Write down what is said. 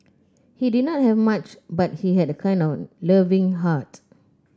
he did not have much but he had a kind and loving heart